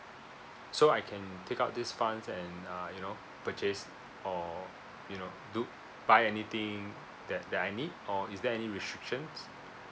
so I can take out this funds and uh you know purchase or you know do buy anything that that I need or is there any restrictions